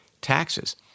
taxes